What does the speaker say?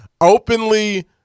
openly